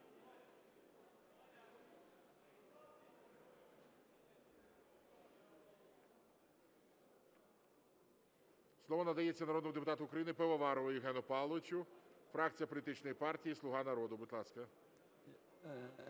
Слово надається народному депутату України Пивоварову Євгену Павловичу, фракція політичної партії "Слуга народу". Будь ласка.